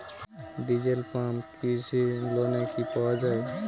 Diesel pump কৃষি লোনে কি পাওয়া য়ায়?